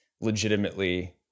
legitimately